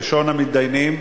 ראשון המתדיינים,